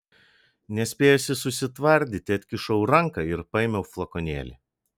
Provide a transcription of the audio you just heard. nespėjusi susitvardyti atkišau ranką ir paėmiau flakonėlį